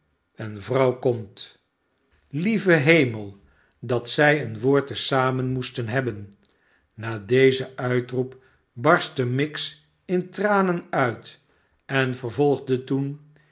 en vrouw komt lieve hemel dat zij een woord te zamen moesten hebben na dezen uitroep barstte miggs in tranen uit en vervolgde toen